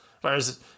Whereas